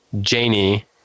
Janie